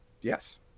Yes